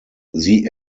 sie